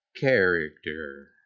character